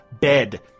bed